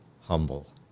humble